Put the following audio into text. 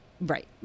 Right